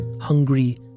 hungry